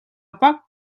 poc